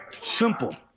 Simple